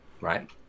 Right